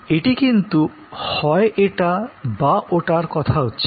এটি কিন্তু 'হয় এটা বা ওটার' কথা হচ্ছে না